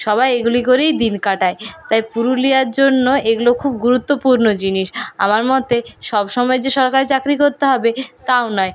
সবাই এগুলি করেই দিন কাটায় তাই পুরুলিয়ার জন্য এগুলো খুব গুরুত্বপূর্ণ জিনিস আমার মতে সব সময় যে সরকারি চাকরি করতে হবে তাও নয়